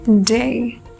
day